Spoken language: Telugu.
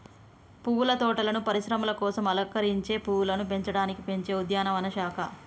పువ్వుల తోటలను పరిశ్రమల కోసం అలంకరించే పువ్వులను పెంచడానికి పెంచే ఉద్యానవన శాఖ